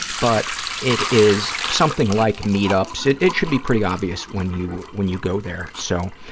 but it is something like meetup, so it should be pretty obvious when you when you go there. so,